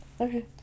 Okay